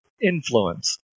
influence